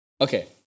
Okay